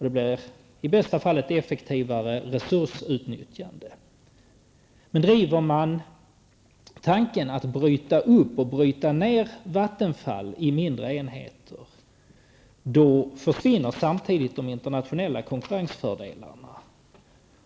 Det blir i bästa fall ett effektivare resursutnyttjande. Om Vattenfall bryts ned i mindre enheter, då försvinner samtidigt de internationella konkurrensfördelarna.